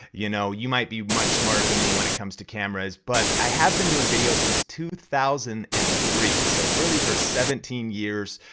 you know, you might be much smarter than me when it comes to cameras, but i have been doing videos since two thousand and three. so really for seventeen years,